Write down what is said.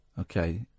okay